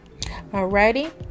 Alrighty